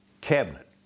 cabinet